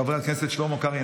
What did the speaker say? חבר הכנסת שלמה קרעי,